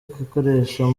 igikoresho